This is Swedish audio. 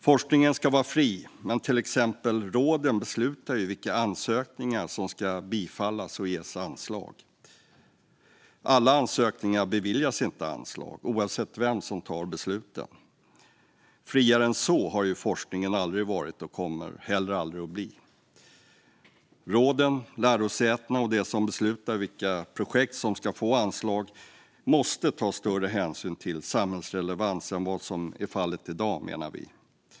Forskningen ska vara fri, men till exempel beslutar ju råden vilka ansökningar som ska bifallas och ges anslag. Alla ansökningar beviljas inte anslag, oavsett vem som tar besluten. Friare än så har forskningen aldrig varit och kommer heller aldrig att bli. Råden, lärosätena och de som beslutar vilka projekt som ska få anslag måste, menar vi, ta större hänsyn till samhällsrelevans än vad som är fallet i dag.